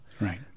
Right